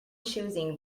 choosing